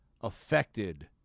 affected